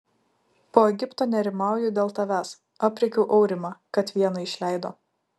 po egipto nerimauju dėl tavęs aprėkiau aurimą kad vieną išleido